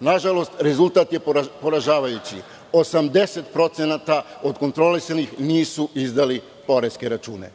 Na žalost rezultat je poražavajući, 80% od kontrolisanih nisu izdali poreske račune.